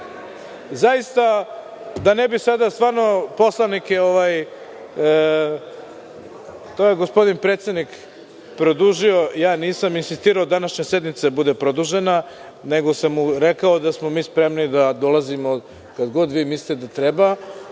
zaista pozivam da to i radimo. To je gospodin predsednik produžio, ja nisam insistirao da današnja sednica bude produžena, nego sam mu rekao da smo mi spremni da dolazimo kada god vi mislite da treba,